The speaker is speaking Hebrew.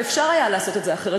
ואפשר היה לעשות את זה אחרת,